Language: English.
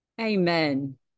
Amen